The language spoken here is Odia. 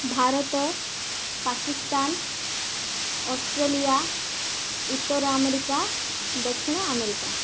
ଭାରତ ପାକିସ୍ତାନ ଅଷ୍ଟ୍ରେଲିଆ ଉତ୍ତର ଆମେରିକା ଦକ୍ଷିଣ ଆମେରିକା